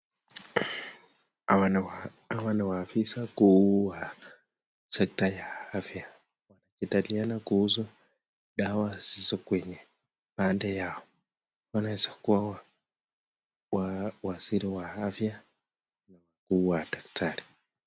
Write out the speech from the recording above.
Hawa ni mkaafisa kuu wa sekta ya afya. Wakijadiliana kuhusu dawa zilizo kwenye banda yao, wanaweza kua waziri wa afya na wakuu wa daktari.